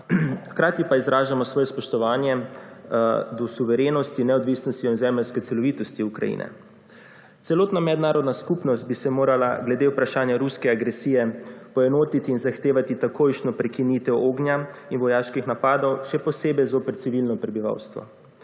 hkrati pa izražamo svoje spoštovanje do suverenosti, neodvisnosti in zemeljske celovitosti Ukrajine. Celotna mednarodna skupnost bi se morala glede vprašanja ruske agresije poenotiti in zahtevati takojšnjo prekinitev ognja in vojaških napadov, še posebej zoper civilno prebivalstvo.